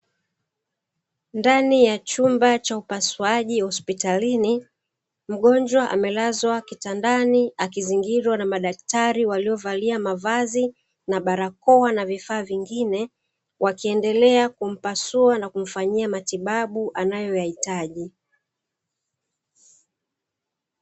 Ndani ya chumba cha upasuaji hospitalin mgonjwa amelazwa kitandani akizingilwa na madaktali waliovalia mavazi na barakoa na vifaa vigine, wakiendelea kumpasua na kumpatia matibabu anayo yahitaji.